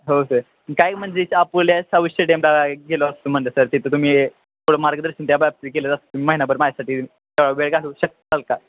हो सर काही म्हणजे आपुले शाऊ स्टेडियमला गेलो असतो म्हणलं सर तिथं तुम्ही थोडं मार्गदर्शन त्याबाबतीत केलं तर महिन्याभर माझ्यासाठी वेळ घालू शकताल का